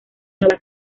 nueva